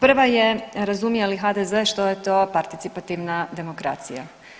Prva je, razumije li HDZ što je to participativna demokracija?